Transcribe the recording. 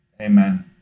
Amen